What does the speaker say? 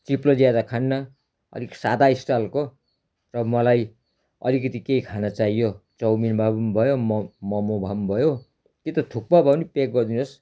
चिप्लो ज्यादा खान्नँ अलिक सादा स्टाइलको र मलाई अलिकति केही खाना चाहियो चौमिन भए पनि भयो म मोमो भए पनि भयो कि त थुक्पा भए पनि प्याक गरिदिनुहोस्